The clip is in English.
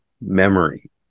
memory